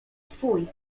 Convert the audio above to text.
swój